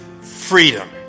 freedom